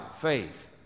faith